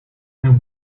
would